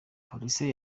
police